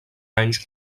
anys